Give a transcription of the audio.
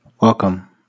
Welcome